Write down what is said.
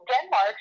Denmark